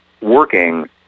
working